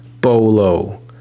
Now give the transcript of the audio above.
Bolo